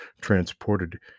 transported